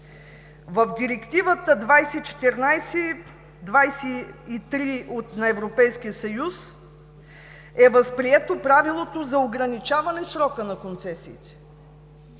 в Директивата 2014/23 на Европейския съюз е възприето правилото за ограничаване срока на концесиите.